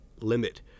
limit